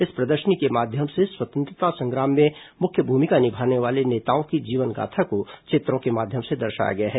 इस प्रदर्शनी के माध्यम से स्वतंत्रता संग्राम में मुख्य भूमिका निभाने वाले नेताओं की जीवनगाथा को चित्रों के माध्यम से दर्शाया गया है